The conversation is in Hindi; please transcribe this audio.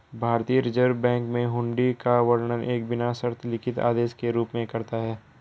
भारतीय रिज़र्व बैंक हुंडी का वर्णन एक बिना शर्त लिखित आदेश के रूप में करता है